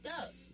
up